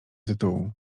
tytułu